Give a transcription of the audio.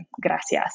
gracias